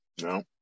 No